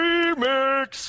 Remix